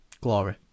Glory